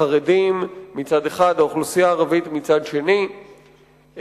החרדים מצד אחד והאוכלוסייה הערבית מצד שני,